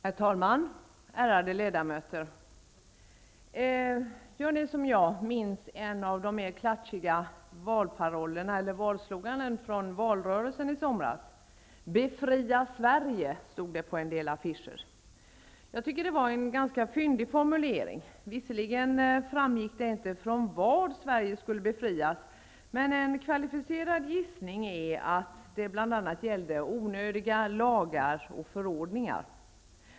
Herr talman! Ärade ledamöter! Minns ni, som jag, en av de mer klatschiga valparollerna från valrörelsen i somras? Befria Sverige, stod det på en del affischer. Jag tycker att det var en ganska fyndig formulering. Visserligen framgick det inte från vad Sverige skulle befrias, men en kvalificerad gissning är att det bl.a. gällde onödiga lagar och förordningar.